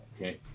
Okay